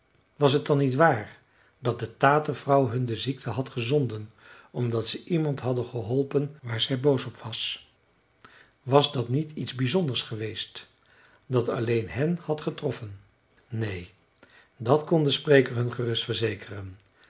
was het dan niet waar dat de tatervrouw hun de ziekte had gezonden omdat ze iemand hadden geholpen waar zij boos op was was dat niet iets bijzonders geweest dat alleen hen had getroffen neen dat kon de spreker hun gerust verzekeren